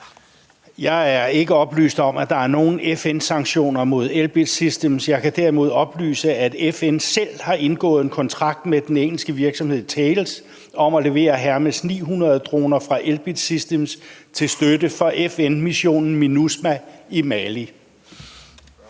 Jeg er ikke oplyst om, at der er nogle FN-sanktioner mod Elbit Systems. Jeg kan derimod oplyse, at FN selv har indgået en kontrakt med den engelske virksomhed Thales om at levere Hermes 900-droner fra Elbit Systems til støtte for FN-missionen MINUSMA i Mali.